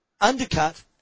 Undercut